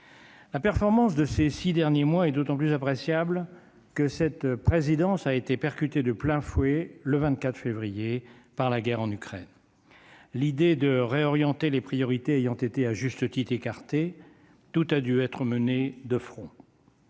La performance de ces 6 derniers mois, et d'autant plus appréciable que cette présidence a été percuté de plein fouet le 24 février par la guerre en Ukraine, l'idée de réorienter les priorités ayant été, à juste titre, écarté tout a dû être menées de front